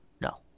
No